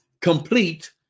complete